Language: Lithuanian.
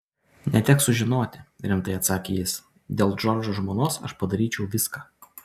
neteks sužinoti rimtai atsakė jis dėl džordžo žmonos aš padaryčiau viską